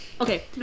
okay